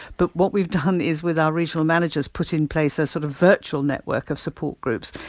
but what we've done is, with our regional managers, put in place a sort of virtual network of support groups,